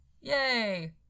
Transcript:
Yay